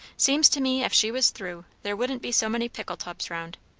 seems to me, ef she was through, there wouldn't be so many pickle tubs round.